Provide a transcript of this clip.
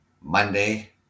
Monday